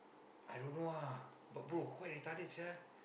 I don't know ah but bro quite retarded sia